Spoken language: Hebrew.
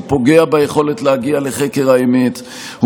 פוגע ביכולת להגיע לחקר האמת,